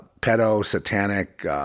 pedo-satanic